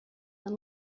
and